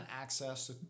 access